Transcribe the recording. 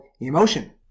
emotion